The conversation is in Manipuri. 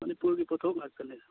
ꯃꯅꯤꯄꯨꯔꯒꯤ ꯄꯣꯠꯊꯣꯛ ꯉꯥꯛꯇꯅꯤꯗ